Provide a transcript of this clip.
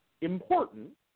important